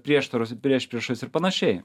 prieštaros ir priešpriešos ir panašiai